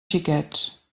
xiquets